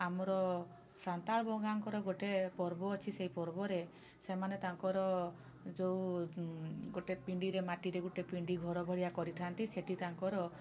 ଆମର ସାନ୍ତାଳବଙ୍ଗାଙ୍କର ଗୋଟେ ପର୍ବ ଅଛି ସେ ପର୍ବରେ ସେମାନେ ତାଙ୍କର ଯୋଉ ଗୋଟେ ପିଣ୍ଡିରେ ମାଟିରେ ଗୋଟେ ପିଣ୍ଡିଘର ଭଳିଆ କରିଥା'ନ୍ତି ସେଠି ତାଙ୍କର